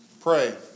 pray